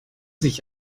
sich